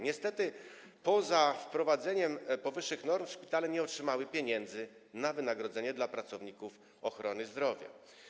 Niestety, poza wprowadzeniem powyższych norm szpitale nie otrzymały pieniędzy na wynagrodzenie dla pracowników ochrony zdrowia.